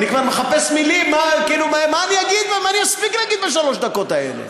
אני כבר מחפש מילים מה אני אגיד ומה אני אספיק להגיד בשלוש הדקות האלה.